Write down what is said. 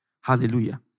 Hallelujah